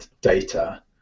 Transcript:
data